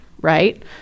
right